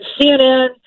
CNN